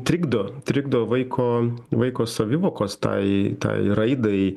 trikdo trikdo vaiko vaiko savivokos tai tai raidai